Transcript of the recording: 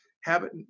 Habit